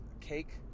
Cake